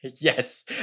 Yes